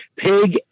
Pig